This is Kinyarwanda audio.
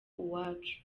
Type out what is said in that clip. uwacu